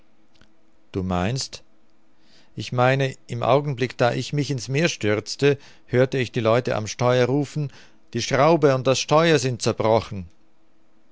du meinst ich meine im augenblick da ich mich in's meer stürzte hörte ich die leute am steuer rufen die schraube und das steuer sind zerbrochen